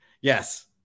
Yes